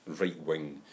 right-wing